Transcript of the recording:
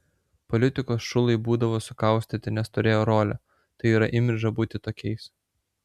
politikos šulai būdavo sukaustyti nes turėjo rolę tai yra imidžą būti tokiais